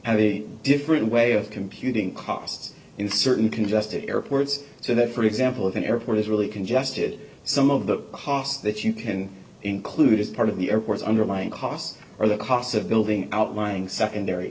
have a different way of computing costs in certain congested airports so that for example of an airport is really congested some of the hoss that you can include as part of the airport underlying costs or the costs of building outlying secondary